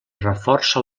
reforça